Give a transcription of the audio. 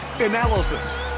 analysis